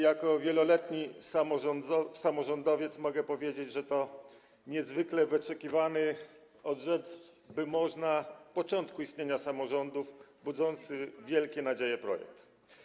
Jako wieloletni samorządowiec mogę powiedzieć, że to niezwykle wyczekiwany, rzec by można, od początku istnienia samorządów, budzący wielkie nadzieje projekt.